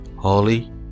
Holy